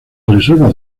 reservas